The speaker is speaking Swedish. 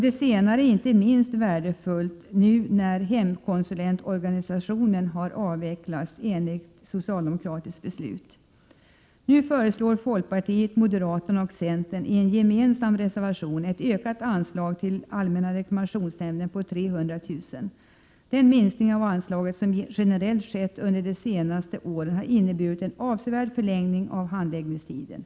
Det senare är inte minst värdefullt nu när hemkonsulentorganisationen har avvecklats i enlighet med ett socialdemokratiskt beslut. Nu föreslår folkpartiet, moderaterna och centern i en gemensam reservation ett ökat anslag till ARN på 300 000 kr. Den minskning av anslaget som generellt skett under de senaste åren har inneburit en avsevärd förlängning av handläggningstiden.